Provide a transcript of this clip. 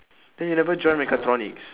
then you never join mechatronics